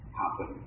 happen